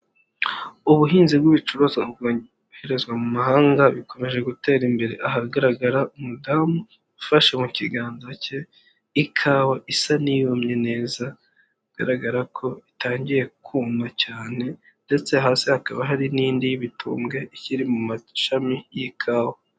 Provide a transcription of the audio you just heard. Ubuhinzi bw'ibicuruzwa bwoherezwa mu mahanga bikomeje gutera imbere, ahagaragara umudamu ufashe mu kiganza cye ikawa isa n'iyumye neza, bigaragara ko itangiye kuma cyane ndetse hasi hakaba hari n'indi y'ibitumbwe, ikiri mu mashami y'ikawa.